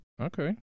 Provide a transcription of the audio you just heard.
Okay